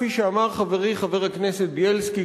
כפי שאמר חברי חבר הכנסת בילסקי,